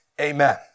Amen